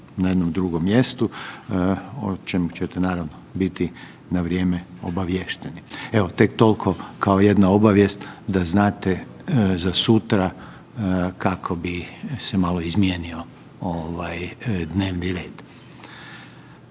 na jednom drugom mjestu, o čemu ćete naravno biti na vrijeme obaviješteni. Evo tek tolko kao jedna obavijest da znate za sutra kako bi se malo izmijenio ovaj dnevni red.